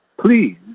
Please